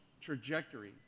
trajectory